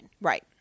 Right